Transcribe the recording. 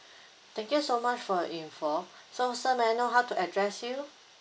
thank you so much for your information so sir may I know how to address you